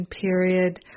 period